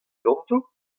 ganto